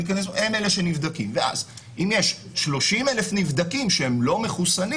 ואז אם יש 30,000 נבדקים שהם לא מחוסנים